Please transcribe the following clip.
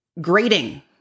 grading